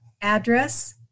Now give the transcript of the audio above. address